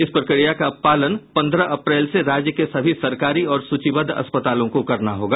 इस प्रक्रिया का पालन पंद्रह अप्रैल से राज्य के सभी सरकारी और सूचीबद्ध अस्पतालों को करना होगा